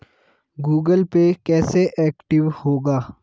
Google Pay active एक्टिव होगा?